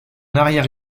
arrière